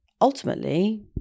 Ultimately